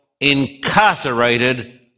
incarcerated